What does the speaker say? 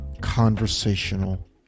conversational